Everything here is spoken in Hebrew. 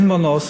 אין מנוס,